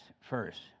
first